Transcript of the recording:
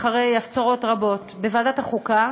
אחרי הפצרות רבות, בוועדת החוקה